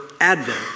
Advent